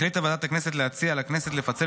החליטה ועדת הכנסת להציע לכנסת לפצל